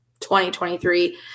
2023